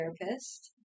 therapist